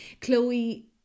Chloe